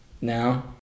now